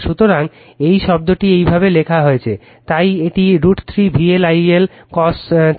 সুতরাং এই শব্দটি এভাবে লেখা হয়েছে তাই এটি √ 3 VL I L cos